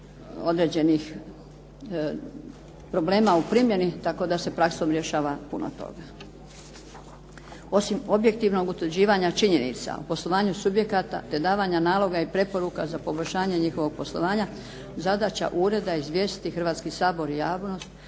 određenih problema u primjeni, tako da se praksom rješava puno toga. Osim objektivnog utvrđivanja činjenica u poslovanju subjekata te davanja naloga i preporuka za poboljšanje njihovog poslovanja, zadaća ureda je izvijestiti Hrvatski sabor i javnost